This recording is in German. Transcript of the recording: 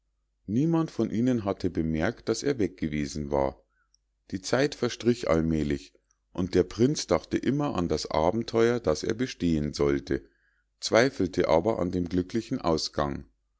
niemand von ihnen hatte bemerkt daß er weg gewesen war die zeit verstrich allmählich und der prinz dachte immer an das abenteuer das er bestehen sollte zweifelte aber an dem glücklichen ausgang